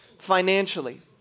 financially